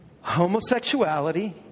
Homosexuality